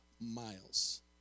miles